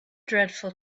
dreadful